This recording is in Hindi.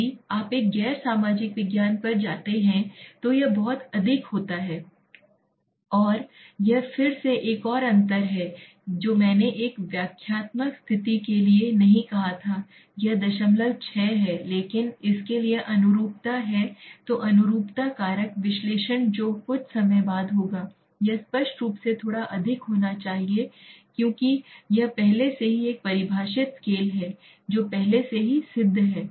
यदि आप एक गैर सामाजिक विज्ञान पर जाते हैं तो यह बहुत अधिक होना है यह फिर से एक और अंतर है जो मैंने एक व्याख्यात्मक स्थिति के लिए नहीं कहा था यह 06 है लेकिन इसके लिए अनुरूपता है तो अनुरूपता कारक विश्लेषण जो कुछ समय बाद होगा यह स्पष्ट रूप से थोड़ा अधिक होना चाहिए क्योंकि यह पहले से ही एक परिभाषित स्केल है जो पहले से ही सिद्ध है